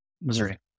Missouri